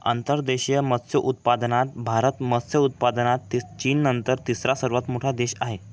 अंतर्देशीय मत्स्योत्पादनात भारत मत्स्य उत्पादनात चीननंतर तिसरा सर्वात मोठा देश आहे